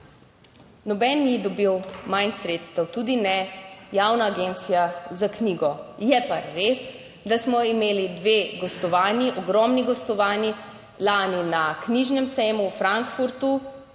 Noben ni dobil manj sredstev, tudi ne Javna agencija za knjigo, je pa res, da smo imeli dve gostovanji, ogromno gostovanji, lani na knjižnem sejmu v Frankfurtu,